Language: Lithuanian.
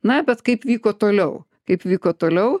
na bet kaip vyko toliau kaip vyko toliau